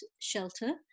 shelter